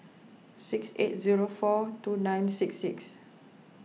six eight zero four two nine six six